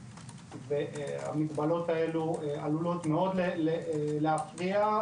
והמגבלות האלה עלולות מאוד להפריע,